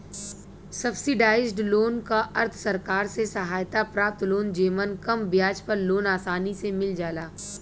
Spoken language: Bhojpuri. सब्सिडाइज्ड लोन क अर्थ सरकार से सहायता प्राप्त लोन जेमन कम ब्याज पर लोन आसानी से मिल जाला